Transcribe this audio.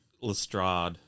Lestrade